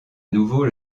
nouveau